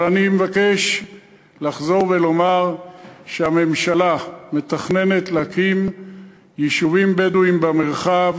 אבל אני מבקש לחזור ולומר שהממשלה מתכננת להקים יישובים בדואיים במרחב,